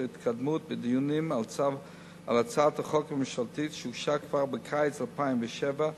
התקדמות בדיונים על הצעת החוק הממשלתית שהוגשה כבר בקיץ 2007,